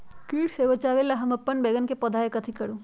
किट से बचावला हम अपन बैंगन के पौधा के कथी करू?